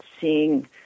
seeing